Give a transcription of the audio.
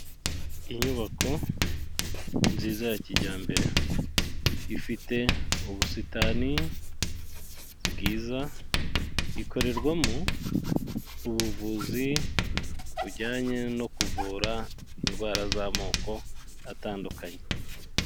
Inyubako nziza ya kijyambere, ifite ubusitani bwiza, ikorerwamo ubuvuzi bujyanye no kuvura indwara z'amoko atandukanye.